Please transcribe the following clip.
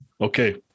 Okay